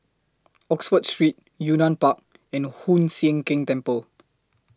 Oxford Street Yunnan Park and Hoon Sian Keng Temple